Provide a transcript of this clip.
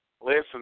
listen